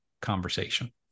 conversation